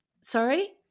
Sorry